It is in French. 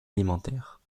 alimentaire